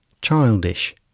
childish